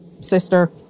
sister